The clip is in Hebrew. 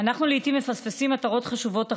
אנחנו לעיתים מפספסים מטרות חשובות אחרות.